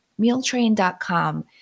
Mealtrain.com